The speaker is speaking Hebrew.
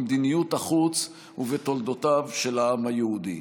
במדיניות החוץ ובתולדותיו של העם היהודי.